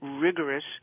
rigorous